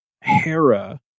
Hera